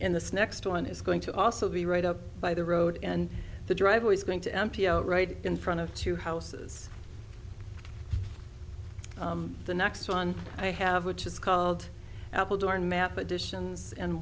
in this next one is going to also be right up by the road and the driver is going to empty out right in front of two houses the next one i have which is called apple darn map additions and